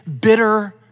bitter